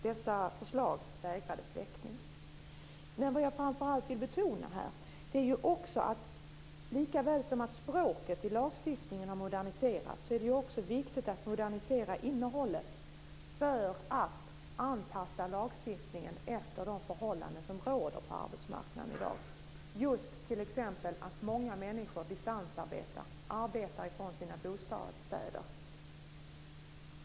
Dessa förslag vägrades väckning. Det jag framför allt vill betona här är att likaväl som att språket i lagstiftningen har moderniserats är det också viktigt att modernisera innehållet för att anpassa lagstiftningen efter de förhållanden som råder på arbetsmarknaden i dag. Ett exempel är att många människor distansarbetar från sina bostäder.